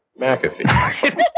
McAfee